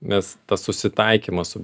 mes tas susitaikymas su